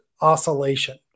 oscillation